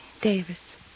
Davis